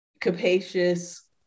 capacious